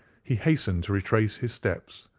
he hastened to retrace his steps,